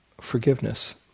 forgiveness